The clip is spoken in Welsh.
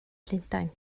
llundain